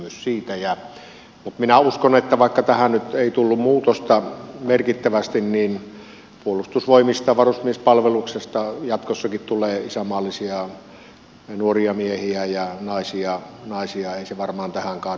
mutta minä uskon että vaikka tähän ei nyt tullut muutosta merkittävästi niin puolustusvoimista varusmiespalveluksesta jatkossakin tulee isänmaallisia nuoria miehiä ja naisia ei se varmaan tähän kaadu